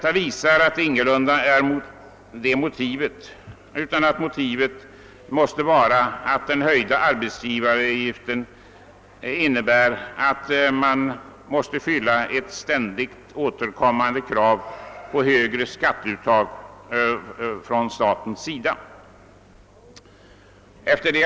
Av detta framgår att motivet för avgiftsökningen inte är konjunkturdämpning, utan i stället behovet att tillgodose ett ständigt återkommande krav på högre skatteuttag på det statliga området.